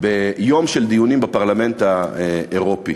ביום של דיונים בפרלמנט האירופי